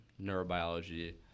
neurobiology